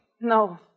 No